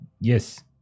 Yes